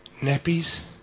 Nappies